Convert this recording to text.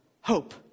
hope